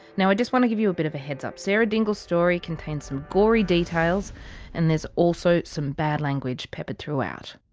now i just want to give you a bit of a heads up sarah dingle's story contains some gory details and there's also some bad language peppered throughout.